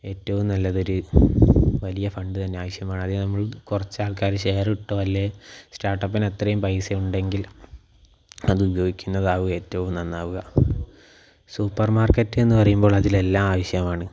ഏറ്റവും നല്ലതൊരു വലിയ ഫണ്ട് തന്നെ ആവശ്യമാണ് അതിന് നമ്മൾ കുറച്ച് ആൾക്കാർ ഷെയറിട്ടോ അല്ലേൽ സ്റ്റാർട്ടപ്പിന് അത്രയും പൈസ ഉണ്ടെങ്കിൽ അതുപയോഗിക്കുന്നതാവും ഏറ്റവും നന്നാവുക സൂപ്പർ മാർക്കറ്റ് എന്ന് പറയുമ്പോൾ അതിലെല്ലാം ആവശ്യമാണ്